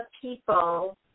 people